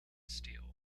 steel